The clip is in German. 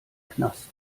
knast